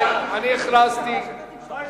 רבותי, אני הכרזתי, מה הכרזת?